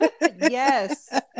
Yes